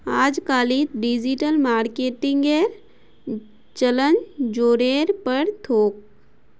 अजकालित डिजिटल मार्केटिंगेर चलन ज़ोरेर पर छोक